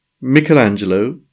Michelangelo